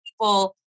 people